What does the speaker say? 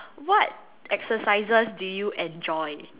what exercises do you enjoy